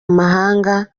mahanga